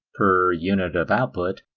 per unit of output,